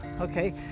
okay